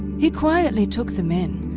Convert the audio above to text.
he quietly took them in,